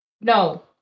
No